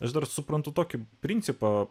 aš dar suprantu tokį principą